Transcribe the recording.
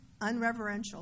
unreverential